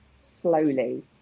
slowly